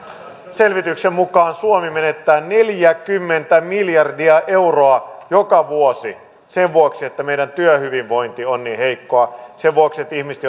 selvityksen mukaan suomi menettää neljäkymmentä miljardia euroa joka vuosi sen vuoksi että meidän työhyvinvointi on niin heikkoa sen vuoksi että ihmiset